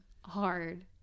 hard